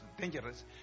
dangerous